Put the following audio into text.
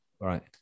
right